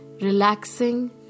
relaxing